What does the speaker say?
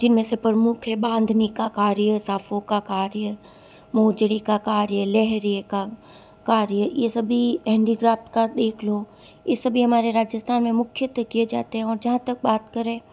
जिनमें से प्रमुख हैं बांधने का कार्य सांफो का कार्य मोजड़ी का कार्य लहरिये का कार्य ये सभी हैंडीक्राफ्ट का देख लो ये सभी हमारे राजस्थान में मुख्यतः किए जाते हैं और जहाँ तक बात करें